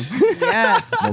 Yes